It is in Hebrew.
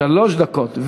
שלוש דקות.